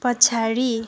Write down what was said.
पछाडि